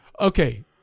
Okay